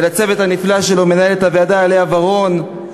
ולצוות הנפלא שלו: מנהלת הוועדה לאה ורון,